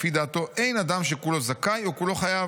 לפי דעתו אין אדם שכולו זכאי או כולו חייב'